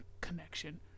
connection